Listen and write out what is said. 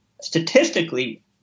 statistically